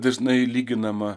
dažnai lyginama